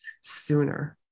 sooner